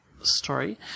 story